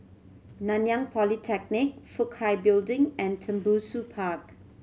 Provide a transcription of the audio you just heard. Nanyang Polytechnic Fook Kai Building and Tembusu Park